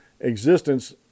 existence